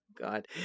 God